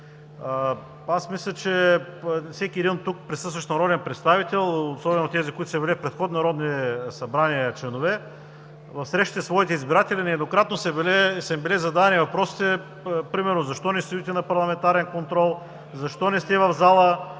Мисля, че на всеки един тук присъстващ народен представител, особено на тези, които са били в предходни народни събрания, в срещите със своите избиратели нееднократно са им били задавани въпросите, примерно: „Защо не стоите на парламентарен контрол? Защо не сте в залата?